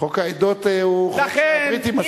צודק, חוק העדות הוא חוק שהבריטים עשו אותו.